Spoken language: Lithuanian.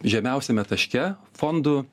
žemiausiame taške fondų